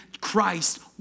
Christ